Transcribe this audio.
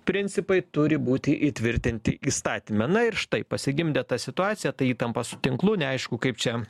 principai turi būti įtvirtinti įstatyme na ir štai pasigimdė ta situacija ta įtampa su tinklu neaišku kaip čia